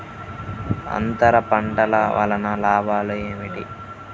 అంతర పంటల వలన లాభాలు ఏమిటి?